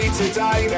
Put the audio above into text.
today